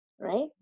right